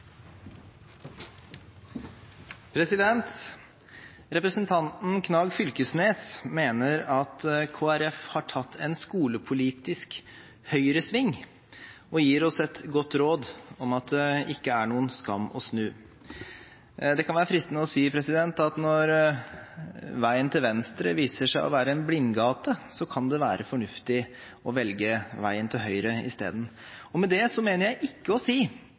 det. Representanten Knag Fylkesnes mener at Kristelig Folkeparti har tatt en «skulepolitisk høgresving» og gir oss et godt råd om at det ikke er noen skam å snu. Det kan være fristende å si at når veien til venstre viser seg å være en blindgate, kan det være fornuftig å velge veien til høyre isteden. Med det mener jeg ikke å si